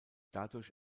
dadurch